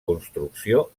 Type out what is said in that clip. construcció